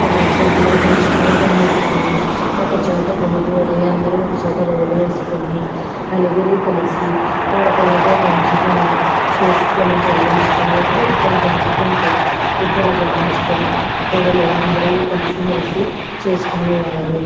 కారపు పొడులు దంచుకోవటానికి ఒకచోట గుమి గూడి అందరు ఒకచోట రోలు వేసుకొని నలుగురు కలిసి రోకళ్ళతో దంచుకొని చేసుకొని జల్లించుకొని ఒక ఇద్దరు దంచుతుంటే ఇద్దరు జల్లించుకొని పొడులు అందరివి కలిసిమెలిసి చేసుకునేవారు